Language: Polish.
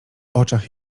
oczach